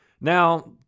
Now